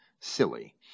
silly